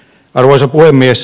arvoisa puhemies